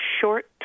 short